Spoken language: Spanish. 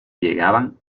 llegaban